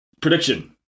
Prediction